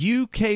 UK